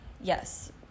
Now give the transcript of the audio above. yes